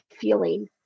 feeling